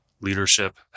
leadership